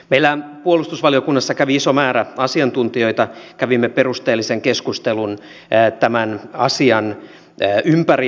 meillä puolustusvaliokunnassa kävi iso määrä asiantuntijoita kävimme perusteellisen keskustelun tämän asian ympärillä